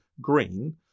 green